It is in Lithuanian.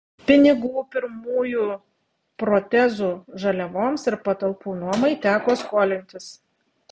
pinigų pirmųjų protezų žaliavoms ir patalpų nuomai teko skolintis